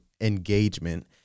engagement